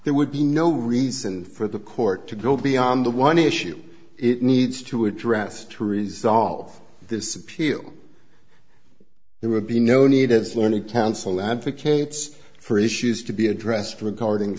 there would be no reason for the court to go beyond the one issue it needs to address to resolve this appeal there would be no need of learned counsel advocates for issues to be addressed regarding